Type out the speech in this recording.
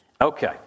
Okay